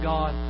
God